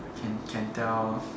can can tell